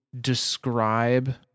describe